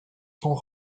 sont